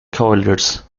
cavaliers